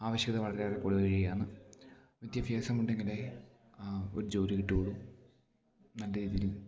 ആവശ്യകത വളരെയേറെ കൂടി വരികയാണ് വിദ്യാഭ്യാസം ഉണ്ടെങ്കിലെ ഒരു ജോലി കിട്ടുകയുള്ളൂ നല്ല രീതിയിൽ